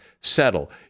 settle